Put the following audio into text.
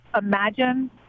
imagine